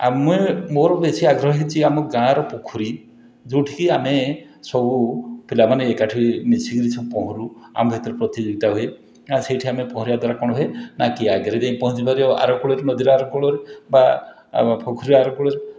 ଆମେ ମୋର ବେଶି ଆଗ୍ରହ ହେଇଛି ଆମ ଗାଁର ପୋଖରୀ ଯେଉଁଠିକି ଆମେ ସବୁ ପିଲାମାନେ ଏକାଠି ମିଶିକରି ପହଁରୁ ଆମ ଭିତରେ ପ୍ରତିଯୋଗିତା ହୁଏ ସେଇଠି ଆମେ ପହଁରିବା ଦ୍ୱାରା କ'ଣ ହୁଏ ନାଁ କିଏ ଆଗରେ ଯାଇକି ପହଞ୍ଚି ପାରିବ ଆର କୂଳରେ ନଦୀର ଆର କୁଳରେ ବା ଆମ ପୋଖରୀର ଆର କୂଳରେ